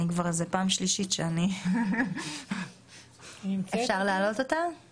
אני אסף פורת, חבר הנהלת עמותת הקנאביס הרפואי.